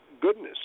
goodness